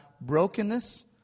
brokenness